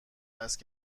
وصل